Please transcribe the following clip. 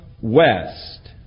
west